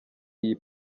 iyi